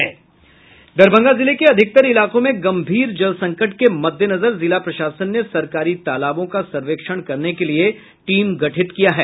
दरभंगा जिले के अधिकतर इलाको में गंभीर जल संकट के मद्देनजर जिला प्रशासन ने सरकारी तालाबों का सर्वेक्षण करने के लिए टीम गठित किया है